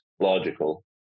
logical